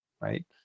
right